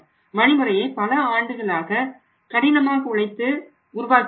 இவ்வழிமுறையை பல ஆண்டுகளாக கடினமாக உழைத்து உருவாக்கியுள்ளோம்